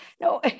No